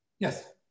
Yes